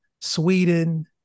Sweden